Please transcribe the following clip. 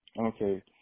Okay